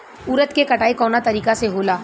उरद के कटाई कवना तरीका से होला?